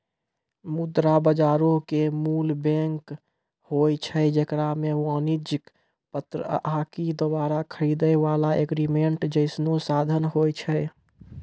मुद्रा बजारो के मूल बैंक होय छै जेकरा मे वाणिज्यक पत्र आकि दोबारा खरीदै बाला एग्रीमेंट जैसनो साधन होय छै